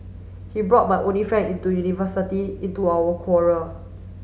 he brought my only friend into university into our quarrel